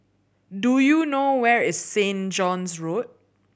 do you know where is Saint John's Road